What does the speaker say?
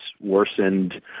worsened